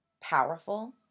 powerful